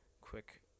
quick